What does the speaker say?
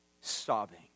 sobbing